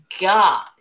God